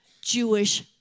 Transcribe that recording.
Jewish